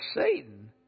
Satan